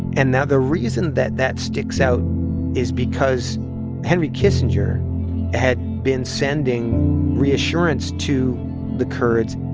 and now the reason that that sticks out is because henry kissinger had been sending reassurance to the kurds.